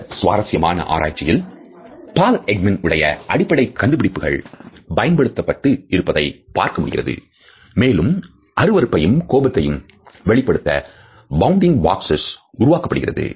இந்த சுவாரஸ்யமான ஆராய்ச்சியில் Paul Ekman உடைய அடிப்படை கண்டுபிடிப்புகள் பயன்படுத்தப்பட்டு இருப்பதை பார்க்க முடிகிறது மேலும் அருவருப்பையும் கோபத்தையும் வெளிப்படுத்த bounding boxes உருவாக்கப்படுகிறது